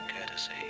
courtesy